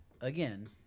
again